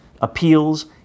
appeals